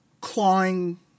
clawing